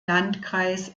landkreis